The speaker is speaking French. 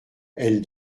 elle